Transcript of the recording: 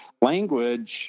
language